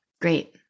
Great